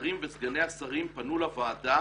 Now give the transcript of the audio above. השרים וסגני השרים פנו לוועדה